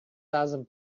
thousand